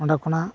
ᱚᱸᱰᱮ ᱠᱷᱚᱱᱟᱜ